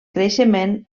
creixements